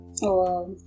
Wow